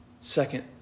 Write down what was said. Second